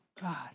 God